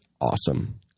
awesome